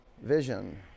vision